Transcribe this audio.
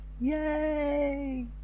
Yay